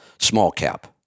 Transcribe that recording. small-cap